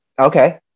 Okay